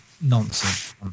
nonsense